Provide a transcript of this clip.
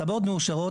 תב"עות מאושרות.